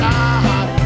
God